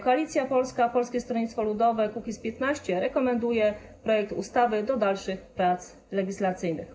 Koalicja Polska - Polskie Stronnictwo Ludowe - Kukiz15 rekomenduje projekt ustawy do dalszych prac legislacyjnych.